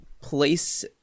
place